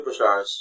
superstars